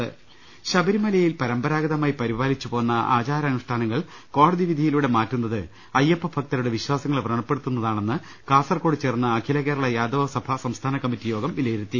്്്്്്് ശബരിമലയിൽ പരമ്പരാഗതമായി പരിപാലിച്ചുപോന്ന ആചാരാനുഷ്ഠാ നങ്ങൾ കോടതി വിധിയിലൂടെ മാറ്റുന്നത് അയ്യപ്പഭക്തരുടെ വിശ്വാസങ്ങളെ വ്രണ പ്പെടുത്തുന്നതാണെന്ന് കാസർക്കോട് ചേർന്ന അഖില കേരള യാദവസഭ സംസ്ഥാന കമ്മിറ്റി യോഗം വിലയിരുത്തി